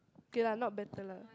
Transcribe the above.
okay lah not better lah